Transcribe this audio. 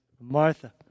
Martha